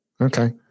okay